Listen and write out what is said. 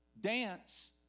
Dance